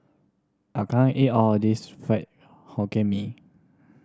I can't eat all of this Fried Hokkien Mee